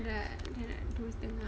like dua setengah